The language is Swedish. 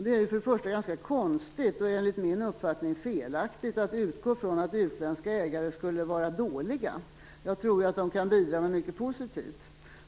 Det är för det första ganska konstigt och enligt min uppfattning felaktigt att utgå från att utländska ägare skulle vara dåliga. Jag tror att de kan bidra med mycket positivt.